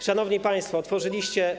Szanowni państwo, otworzyliście.